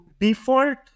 default